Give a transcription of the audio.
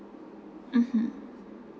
mmhmm